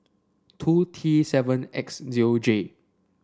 two T seven X zero J